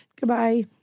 Goodbye